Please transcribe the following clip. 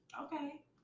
Okay